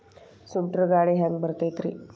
ಸುಂಟರ್ ಗಾಳಿ ಹ್ಯಾಂಗ್ ಬರ್ತೈತ್ರಿ?